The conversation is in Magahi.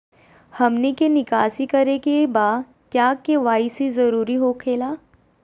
हमनी के निकासी करे के बा क्या के.वाई.सी जरूरी हो खेला?